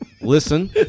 listen